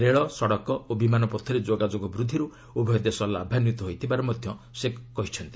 ରେଳ ସଡ଼କ ଓ ବିମାନ ପଥରେ ଯୋଗାଯୋଗ ବୃଦ୍ଧିରୁ ଉଭୟ ଦେଶ ଲାଭାନ୍ୱିତ ହୋଇଥିବାର ମଧ୍ୟ ସେ କହିଛନ୍ତି